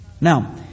Now